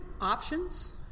options